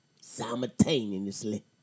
Simultaneously